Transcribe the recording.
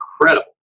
incredible